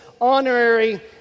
honorary